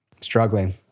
struggling